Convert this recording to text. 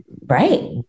Right